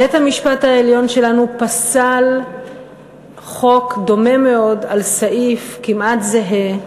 בית-המשפט העליון שלנו פסל חוק דומה מאוד על סעיף כמעט זהה,